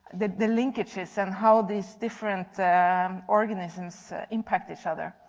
the the linkages and how these different um organisms impact each other.